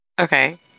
Okay